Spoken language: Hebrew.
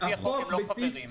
לפי החוק הם לא חברים.